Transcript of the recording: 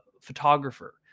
photographer